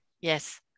Yes